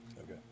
Okay